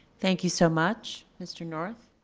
thank you so much, mr. north.